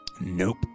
Nope